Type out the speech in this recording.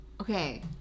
Okay